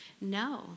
No